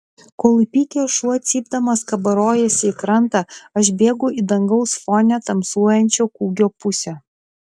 kol įpykęs šuo cypdamas kabarojasi į krantą aš bėgu į dangaus fone tamsuojančio kūgio pusę